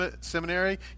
Seminary